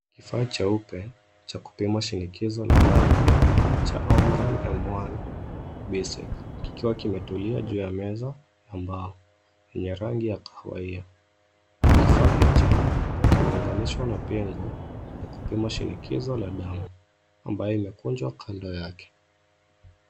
Kifaa cheupe cha kupima shinikizo la damu cha cs[Omron M-One Basic]cs kikiwa kimetulia juu ya meza ya mbao yenye rangi ya kahawia. Kifaa hicho kimeunganishwa na pingu ya kupima shinikizo la damu ambayo imekunjwa kando yake.